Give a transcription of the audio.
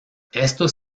estos